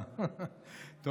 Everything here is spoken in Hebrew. גם לחילונים,